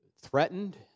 threatened